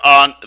on